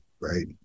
right